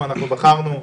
בחרנו